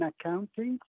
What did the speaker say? accounting